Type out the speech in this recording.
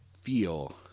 feel